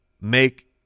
make